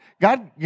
God